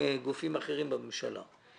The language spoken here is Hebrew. רק אתכם אלא גם עם גופים אחרים בממשלה.